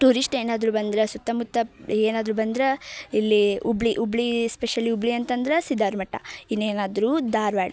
tourist ಏನಾದರೂ ಬಂದ್ರೆ ಸುತ್ತಮುತ್ತ ಏನಾದರೂ ಬಂದ್ರೆ ಇಲ್ಲಿ ಹುಬ್ಳಿ ಹುಬ್ಳಿ ಸ್ಪೆಶಲಿ ಹುಬ್ಳಿ ಅಂತಂದ್ರೆ ಸಿದ್ಧಾರಮಠ ಇನ್ನೇನಾದರೂ ಧಾರ್ವಾಡ